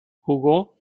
jugó